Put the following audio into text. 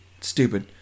Stupid